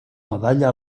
medalla